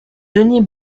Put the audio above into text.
denis